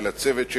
ולצוות שלי,